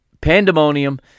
pandemonium